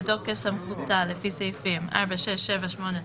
"בתוקף סמכותה לפי סעיפים 4, 6, 7, 8,